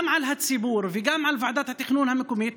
גם על הציבור וגם על ועדת התכנון המקומית,